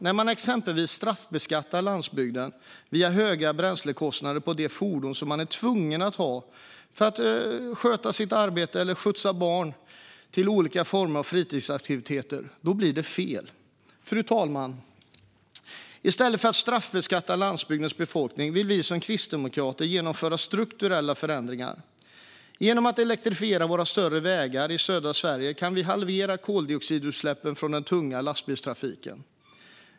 När man exempelvis straffbeskattar landsbygden via höga bränslekostnader på de fordon som människor är tvungna att ha för att sköta sitt arbete eller skjutsa barnen till olika former av fritidsaktiviteter blir det fel. Fru talman! I stället för att straffbeskatta landsbygdens befolkning vill vi kristdemokrater genomföra strukturella förändringar. Genom att elektrifiera våra större vägar i södra Sverige kan vi halvera koldioxidutsläppen från den tunga lastbilstrafiken.